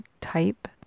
type